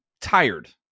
tired